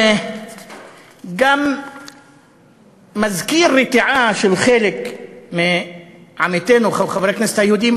הוא גם מזכיר רתיעה של חלק מעמיתינו חברי הכנסת היהודים,